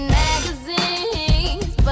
magazines